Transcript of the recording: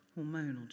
Hormonal